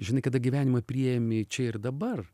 žinai kada gyvenimą priimi čia ir dabar